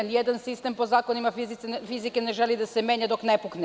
Ni jedan sistem po zakonima fizike ne želi da se menja dok ne pukne.